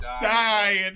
dying